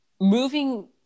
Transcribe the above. moving